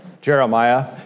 Jeremiah